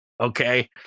Okay